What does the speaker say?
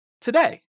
today